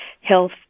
health